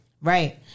right